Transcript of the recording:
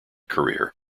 career